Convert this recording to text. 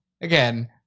again